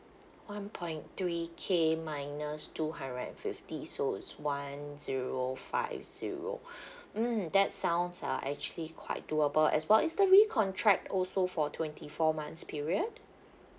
one point three K minus two hundred and fifty so is one zero five zero mm that sounds are actually quite doable as well is that re-contract also for twenty four months period